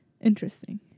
Interesting